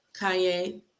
Kanye